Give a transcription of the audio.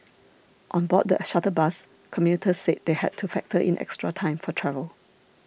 on board the shuttle bus commuters said they had to factor in extra time for travel